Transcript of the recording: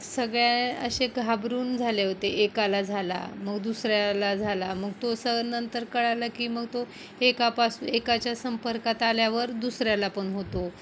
सगळे असे घाबरून झाले होते एकाला झाला मग दुसऱ्याला झाला मग तो असं नंतर कळलं की मग तो एकापासून एकाच्या संपर्कात आल्यावर दुसऱ्याला पण होतो